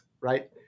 right